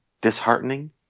disheartening